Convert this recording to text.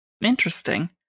interesting